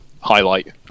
highlight